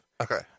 Okay